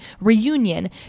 reunion